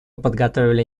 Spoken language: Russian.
подготовили